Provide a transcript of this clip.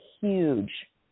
huge